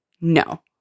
no